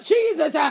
Jesus